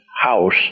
house